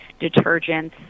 detergents